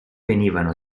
venivano